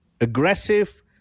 aggressive